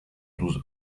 douze